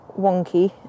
wonky